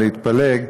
להתפלג,